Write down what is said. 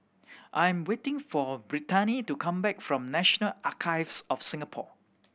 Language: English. I am waiting for Brittani to come back from National Archives of Singapore